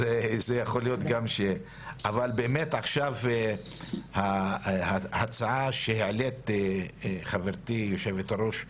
אבל באמת עכשיו, ההצעה שהעלית, חברתי היושבת-ראש,